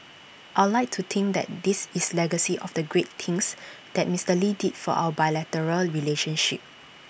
I'd like to think that this is legacy of the great things that Mister lee did for our bilateral relationship